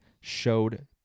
showed